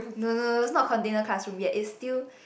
no no no it's not container classroom yet it's still